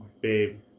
Babe